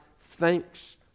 thanks